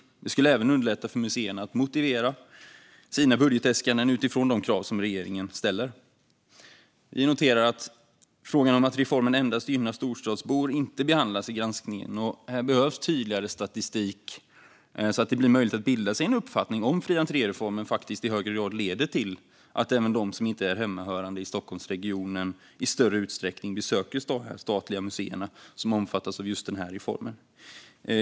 Det skulle även underlätta för museerna att motivera sina budgetäskanden utifrån de krav som regeringen ställer. Vi noterar att frågan om att reformen endast gynnar storstadsbor inte behandlas i granskningen. Här behövs tydligare statistik, så att det blir möjligt att bilda sig en uppfattning om huruvida fri entré-reformen faktiskt i högre grad leder till att även de som inte är hemmahörande i Stockholmsregionen i större utsträckning besöker de statliga museer som omfattas av just denna reform.